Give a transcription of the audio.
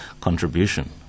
contribution